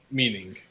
meaning